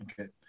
Okay